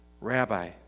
Rabbi